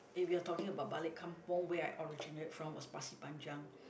if you're talking about balik kampung where I originate from was Pasir Panjang